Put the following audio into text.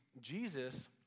Jesus